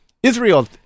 Israel